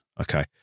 Okay